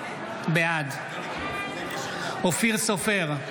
בעד אופיר סופר,